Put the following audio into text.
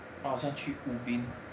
他好像去 ubin